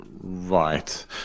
Right